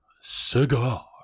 Cigar